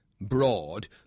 broad